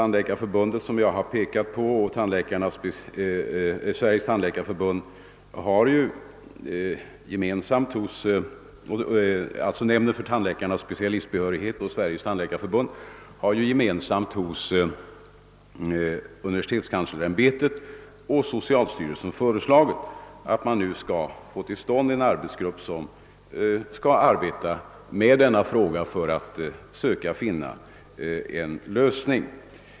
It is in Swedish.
Nämnden för tandläkares specialistbehörighet och Sveriges tandläkarförbund har gemensamt hos universitetskanslersämbetet och socialstyrelsen föreslagit att man skall få till stånd en arbetsgrupp, som skall arbeta med denna fråga för att söka finna en lösning.